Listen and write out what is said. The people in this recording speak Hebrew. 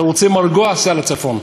אתה רוצה מרגוע, סע לצפון.